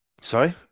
Sorry